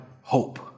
hope